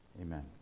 Amen